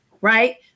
Right